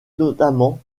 notamment